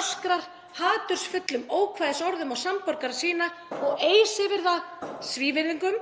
öskrar hatursfull ókvæðisorð á samborgara sína og eys yfir það svívirðingum